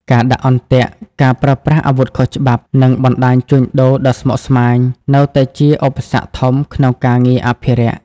ការដាក់អន្ទាក់ ការប្រើប្រាស់អាវុធខុសច្បាប់ និងបណ្តាញជួញដូរដ៏ស្មុគស្មាញ នៅតែជាឧបសគ្គធំក្នុងការងារអភិរក្ស។